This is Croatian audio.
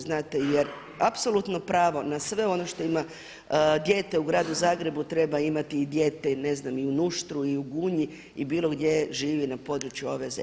Znate jer apsolutno pravo na sve ono što ima dijete u gradu Zagrebu treba imati i dijete ne znam i u Nuštru i u Gunji i bilo gdje živi na području ove zemlje.